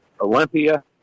Olympia